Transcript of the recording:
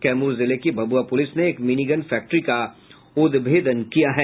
कैमूर जिले के भभुआ पुलिस ने एक मिनीगन फैक्ट्री का उद्भेदन किया है